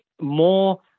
more